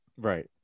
Right